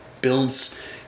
builds